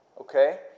Okay